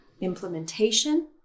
implementation